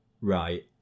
right